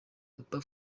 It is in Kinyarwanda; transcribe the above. papa